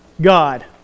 God